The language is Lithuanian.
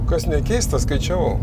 kas ne keista skaičiau